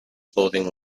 clothing